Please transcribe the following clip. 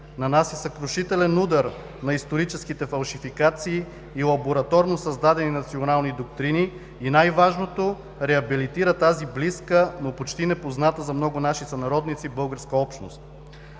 нанася съкрушителен удар на историческите фалшификации и лабораторно създадени национални доктрини и най-важното – реабилитира тази близка, но почти непозната за много наши сънародници българска общност.